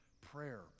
prayer